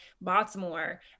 Baltimore